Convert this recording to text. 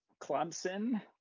Clemson